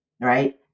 right